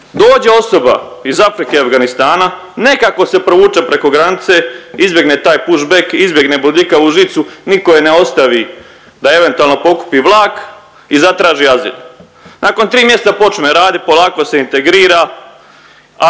Dođe osoba iz Afrike, Afganistana nekako se prevuče preko granice, izbjegne taj push back, izbjegne bodljikavu žicu, niko je ne ostavi da je eventualno pokupi vlak i zatraži azil. Nakon 3 mjeseca počne radit, polako se integrira, ali